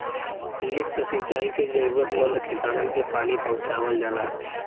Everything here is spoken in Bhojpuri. लिफ्ट सिंचाई से जरूरतमंद किसानन के पानी पहुंचावल जाला